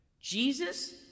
Jesus